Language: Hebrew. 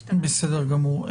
המשטרה --- בסדר גמור.